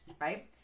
right